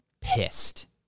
pissed